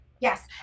yes